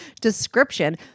description